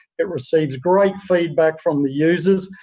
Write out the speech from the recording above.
it receives great feedback from the users,